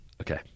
Okay